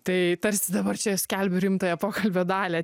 tai tarsi dabar čia skelbiu rimtąją pokalbio dalį